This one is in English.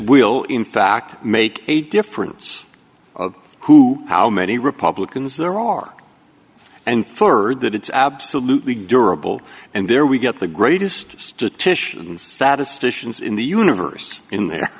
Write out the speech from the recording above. will in fact make a difference of who how many republicans there are and third that it's absolutely durable and there we get the greatest to titian's statisticians in the universe in there